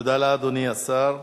תודה לאדוני השר.